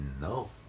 no